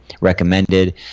recommended